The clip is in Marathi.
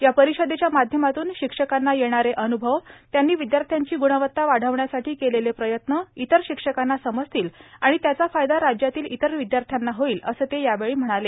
या परिषदेच्या माध्यमातून शिक्षकांना येणारे अनुभव त्यांनी विदयाथ्यांची गुणवता वाढवण्यासाठी केलेले प्रयत्न इतर शिक्षकांना समजतील आणि त्याचा फायदा राज्यातील इतर विद्याश्र्यांना होईल असं ते यावेळी म्हणाले